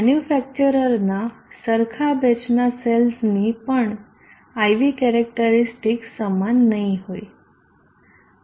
મેન્યુફેકચરરનાં સરખા બેચના સેલ્સની પણ IV કેરેક્ટરીસ્ટિકસ સમાન નહીં હોય